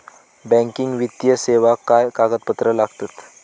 Banking वित्तीय सेवाक काय कागदपत्र लागतत?